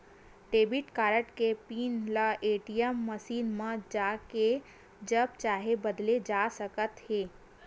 debit card के pin ल ATM machine म जाके जब चाहे बदले जा सकत हे